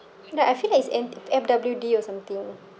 ya I feel like is f F_W_D or something